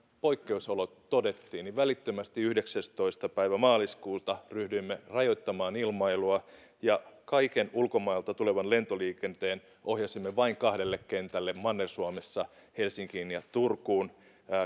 poikkeusolot todettiin niin välittömästi yhdeksästoista päivä maaliskuuta ryhdyimme rajoittamaan ilmailua ja kaiken ulkomailta tulevan lentoliikenteen ohjasimme vain kahdelle kentälle manner suomessa helsinkiin ja turkuun